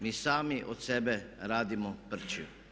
Mi sami od sebe radimo prči.